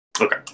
Okay